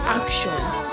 actions